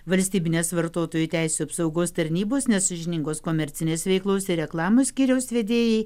valstybinės vartotojų teisių apsaugos tarnybos nesąžiningos komercinės veiklos ir reklamos skyriaus vedėjai